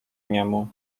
niemu